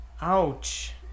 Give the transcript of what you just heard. Ouch